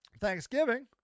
Thanksgiving